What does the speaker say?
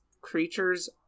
creatures